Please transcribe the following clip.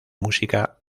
música